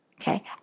Okay